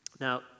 Now